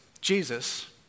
Jesus